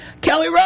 Kelly